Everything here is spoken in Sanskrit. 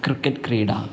क्रिकेट् क्रीडा